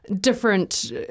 different